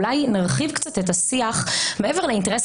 אולי אם נרחיב קצת את השיח מעבר לאינטרס